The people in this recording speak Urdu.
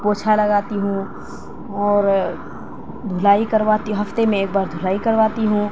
پوچھا لگاتی ہوں اور دھلائی کرواتی ہوں ہفتے میں ایک بار دھلائی کرواتی ہوں